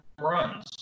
runs